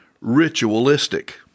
ritualistic